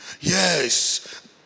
yes